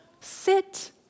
Sit